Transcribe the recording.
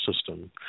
system